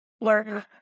learn